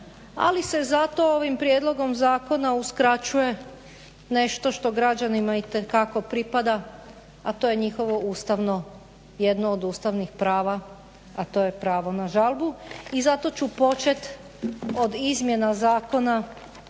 ali se zato ovim prijedlogom zakona uskraćuje nešto što građanima itekako pripada, a to je njihovo jedno od ustavnih prava, a to je pravo na žalbu. I zato ću početi od izmjena zakona